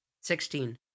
Sixteen